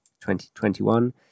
2021